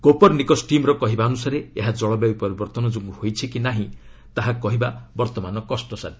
Copernicus ଟିମ୍ର କହିବା ଅନୁସାରେ ଏହା ଜଳବାୟୁ ପରିବର୍ତ୍ତନ ଯୋଗୁଁ ହୋଇଛି କି ନାର୍ହି ତାହା କହିବା ବର୍ତ୍ତମାନ କଷ୍ଟସାଧ୍ୟ